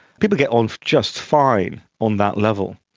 people get on just fine on that level.